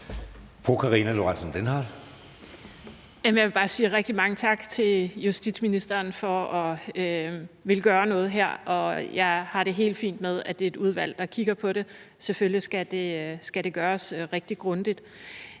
Jeg vil bare sige mange tak til justitsministeren for at ville gøre noget her, og jeg har det helt fint med, at det er et udvalg, der kigger på det. Selvfølgelig skal det gøres rigtig grundigt.